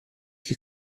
che